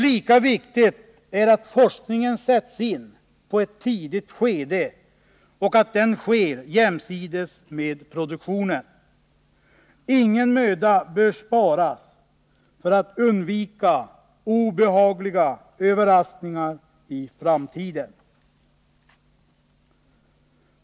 Lika viktigt är att forskningen sätts in i ett tidigt skede och att den bedrivs jämsides med produktionen. Ingen möda bör sparas för att undvika obehagliga överraskningar i framtiden.